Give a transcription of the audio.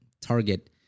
target